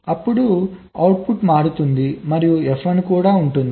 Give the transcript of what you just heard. అప్పుడు అవుట్పుట్ మారుతుంది మరియు F 1 కూడా ఉంటుంది